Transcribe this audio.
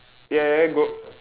ya ya ya go